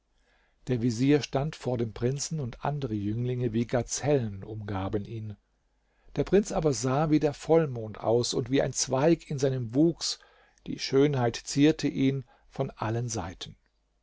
der vezier stand vor dem prinzen und andere jünglinge wie gazellen umgaben ihn der prinz aber sah wie der vollmond aus und wie ein zweig in seinem wuchs die schönheit zierte ihn von allen seiten